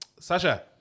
Sasha